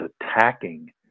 attacking